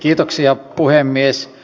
kiitoksia puhemies